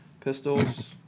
pistols